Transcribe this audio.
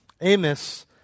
Amos